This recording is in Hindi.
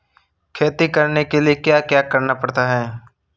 खेती करने के लिए क्या क्या करना पड़ता है?